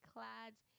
Clad's